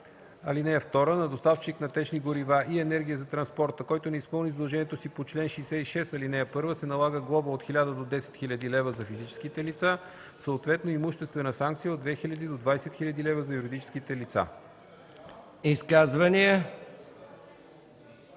лица. (2) На доставчик на течни горива и енергия за транспорта, който не изпълни задължението си по чл. 66, ал. 1, се налага глоба от 1000 до 10 000 лв. – за физическите лица, съответно имуществена санкция от 2000 до 20 000 лв. – за юридическите лица.”